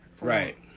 Right